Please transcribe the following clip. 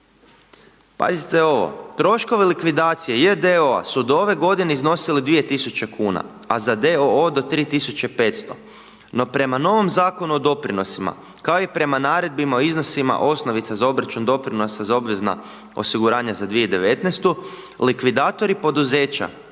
Pazite ovo, troškovi likvidacije j.d.o.o. su do ove godine iznosili 2 tisuće kuna, a za d.o.o. do 3 tisuće i 500, no prema novom Zakonu o doprinosima, kao i prema naredbama o iznosima osnovica za obračun doprinosa, za obvezna osiguranja za 2019. likvidatori poduzeća